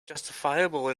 justifiable